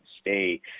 stay